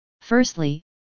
Firstly